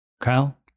Kyle